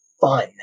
fun